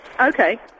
Okay